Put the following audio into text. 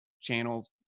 channel